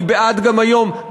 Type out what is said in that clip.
אני בעד גם היום,